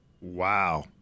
Wow